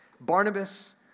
Barnabas